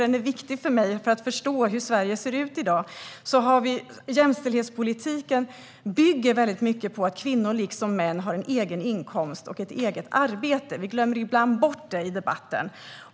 Den är nämligen viktig för att förstå hur Sverige ser ut i dag. Jämställdhetspolitiken bygger mycket på att kvinnor liksom män har egen inkomst och eget arbete. Vi glömmer ibland bort det i debatten.